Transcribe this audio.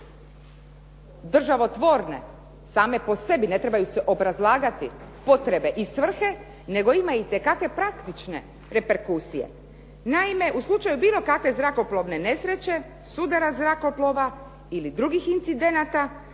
državotvorne same po sebi ne trebaju se obrazlagati potrebe i svrhe nego ima itekakve praktične reperkusije. Naime, u slučaju bilo kakve zrakoplovne nesreće, sudara zrakoplova ili drugih incidenata